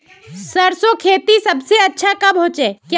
सरसों खेती सबसे अच्छा कब होचे?